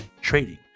trading